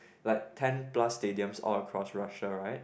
like ten plus stadiums all across Russia right